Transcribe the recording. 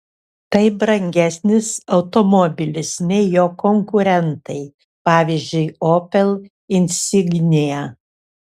tai brangesnis automobilis nei jo konkurentai pavyzdžiui opel insignia